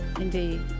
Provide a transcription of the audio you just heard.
Indeed